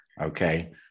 okay